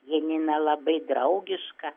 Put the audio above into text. janina labai draugiška